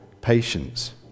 patience